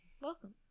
Welcome